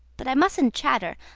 but i mustn't chatter.